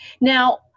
now